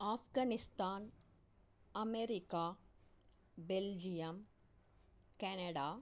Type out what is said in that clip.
Afghanistan America Belgium Canada